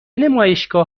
نمایشگاه